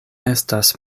estas